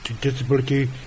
disability